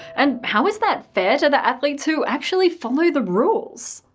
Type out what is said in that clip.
and how is that fair to the athletes who actually follow the rules?